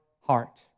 heart